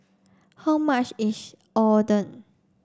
how much is Oden